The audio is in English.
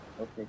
Okay